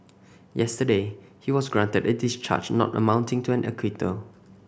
yesterday he was granted a discharge not amounting to an acquittal